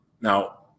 Now